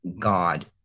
God